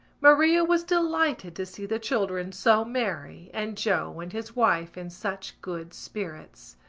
maria was delighted to see the children so merry and joe and his wife in such good spirits.